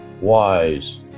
wise